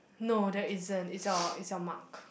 no there isn't it's your it's your mark